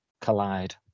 collide